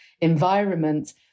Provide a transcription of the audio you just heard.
environment